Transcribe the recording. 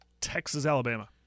Texas-Alabama